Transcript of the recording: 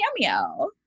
cameo